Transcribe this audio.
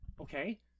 Okay